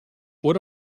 what